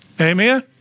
Amen